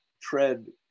tread